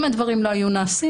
אם הדברים לא היו נעשים,